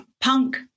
Punk